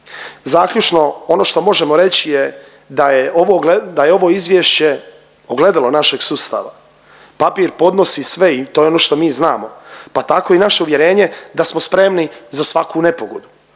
Zaključno, ono što možemo reći je da je ovo, da je ovo izvješće ogledalo našeg sustava. Papir podnosi sve i to je ono što mi znamo pa tako i naše uvjerenje da smo spremni za svaku nepogodu.